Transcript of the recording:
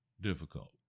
difficult